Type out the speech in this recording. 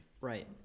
Right